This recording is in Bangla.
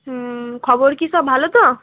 হুম খবর কী সব ভালো তো